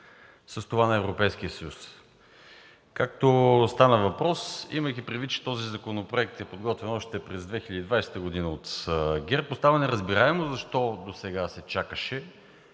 с това на Европейския съюз. Както стана въпрос, имайки предвид, че този законопроект е подготвен още през 2020 г. от ГЕРБ, остана неразбираемо защо досега се чакаше